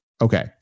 Okay